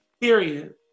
Period